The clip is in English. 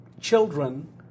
children